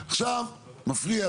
מפריע,